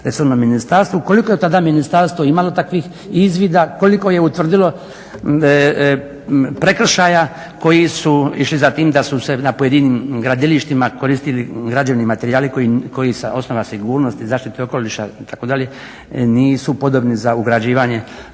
koliko je tada ministarstvo imalo takvih izvida, koliko je utvrdilo prekršaja koji su išli za tim da su se na pojedinim gradilištima koristili građevni materijali koji sa osnova sigurnosti, zaštite okoliša itd. nisu podobni za ugrađivanje